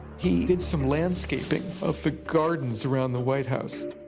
he did some landscaping of the gardens around the white house,